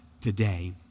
today